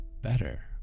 better